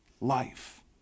life